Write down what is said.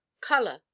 color